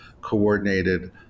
coordinated